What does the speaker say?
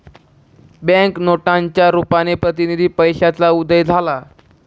bank नोटांच्या रुपाने प्रतिनिधी पैशाचा उदय झाला